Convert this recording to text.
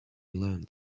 london